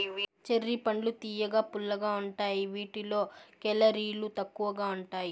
cherry పండ్లు తియ్యగా, పుల్లగా ఉంటాయి వీటిలో కేలరీలు తక్కువగా ఉంటాయి